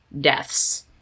deaths